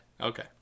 okay